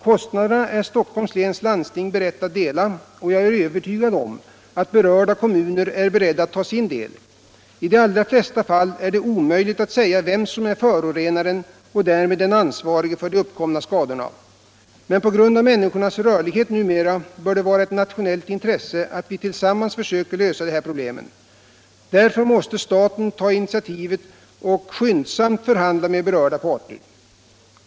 Kostnaderna är Stockholms läns landsting berett att dela, och jag är övertygad om att de berörda kommunerna är beredda att ta sin del. I de allra flesta fall är det omöjligt att säga vem som är förorenaren och därmed den ansvarige för de uppkomna skadorna. Men på grund av människornas rörlighet numera bör det vara ett nationellt intresse att vi tillsammans försöker lösa det här problemet. Därför måste staten ta initiativet och skyndsamt förhandla med berörda parter.